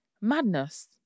madness